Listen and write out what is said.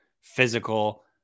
physical